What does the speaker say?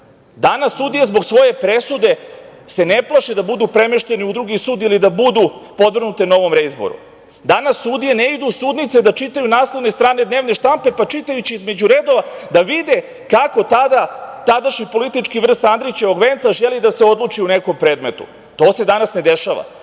Danas sudije zbog svoje presude se ne plaše da budu premeštene u drugi sud ili da budu podvrgnute novom reizboru. Danas sudije ne idu u sudnice da čitaju naslovne strane dnevne štampe, pa čitajući između redova da vide kako tadašnji politički vrh sa Andrićevog venca želi da se odluči u nekom predmetu. To se danas ne dešava,